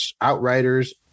Outriders